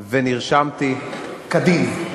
ונרשמתי כדין.